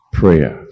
prayer